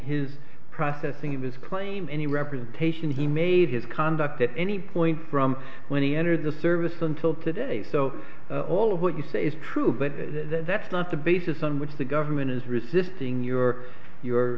his processing this claim any representation he made his conduct at any point from when he entered the service until today so all of what you say is true but that's not the basis on which the government is resisting your